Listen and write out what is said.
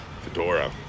Fedora